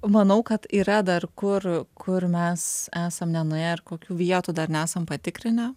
manau kad yra dar kur kur mes esam nenuėję ir kokių vietų dar nesam patikrinę